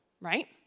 right